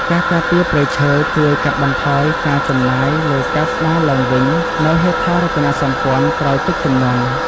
ការការពារព្រៃឈើជួយកាត់បន្ថយការចំណាយលើការស្តារឡើងវិញនូវហេដ្ឋារចនាសម្ព័ន្ធក្រោយទឹកជំនន់។